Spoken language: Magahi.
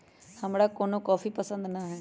हमरा कोनो कॉफी पसंदे न हए